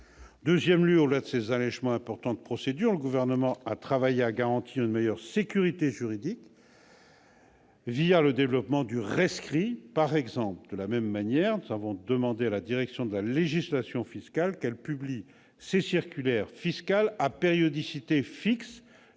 deuxième lieu, au-delà de ces allégements importants de procédures, le Gouvernement a oeuvré à garantir une meilleure sécurité juridique, le développement du rescrit, par exemple. De la même manière, nous avons demandé à la Direction de la législation fiscale qu'elle publie ses circulaires fiscales à périodicité fixe,